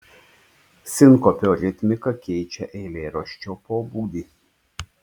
sinkopio ritmika keičia eilėraščio pobūdį